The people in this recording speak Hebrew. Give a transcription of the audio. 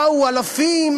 באו אלפים,